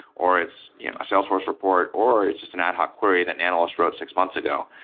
or it's a salesforce report, or it's just an ad hoc query that an analyst wrote six months ago.